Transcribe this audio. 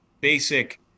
basic